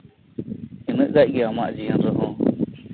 ᱤᱱᱟᱹᱜ ᱜᱟᱡ ᱜᱤ ᱟᱢᱟᱜ ᱡᱤᱭᱟᱹᱱ ᱨᱮᱦᱚᱸ